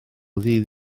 ddydd